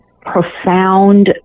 profound